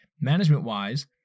Management-wise